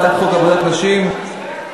הצעת חוק עבודת נשים (תיקון,